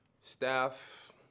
Staff